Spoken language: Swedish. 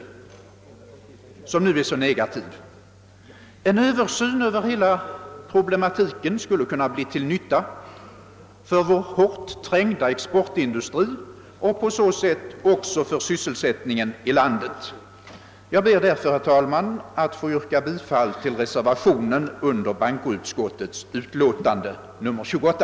En översyn över hela pro: blematiken skulle kunna bli till nytta för vår hårt trängda exportindustri och därigenom också för sysselsättningen i landet. Herr talman! Jag ber att få yrka bifall till den reservation som fogats till bankoutskottets utlåtande nr 28.